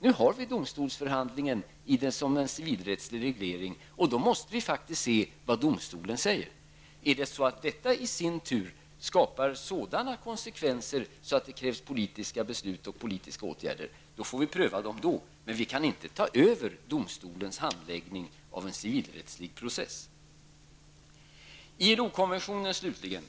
Nu har vi domstolsförhandlingen som ingår i en civilrättslig reglering. Då måste vi faktiskt se vad domstolen säger. Om detta i sin tur skapar sådana konsekvenser att det krävs politiska beslut och politiska åtgärder, får vi pröva dem då. Vi kan dock inte ta över domstolens handläggning av en civilrättslig process. Till sist vill jag ta upp ILO-konventionen.